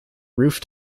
roof